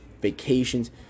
vacations